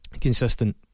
Consistent